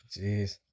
Jeez